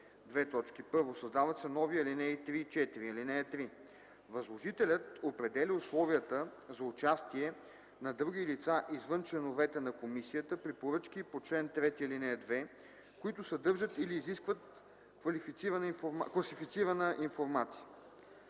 допълнения: 1. Създават се нови ал. 3 и 4: “(3) Възложителят определя условията за участие на други лица извън членовете на комисията при поръчки по чл. 3, ал. 2, които съдържат или изискват класифицирана информация.